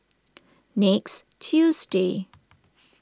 next Tuesday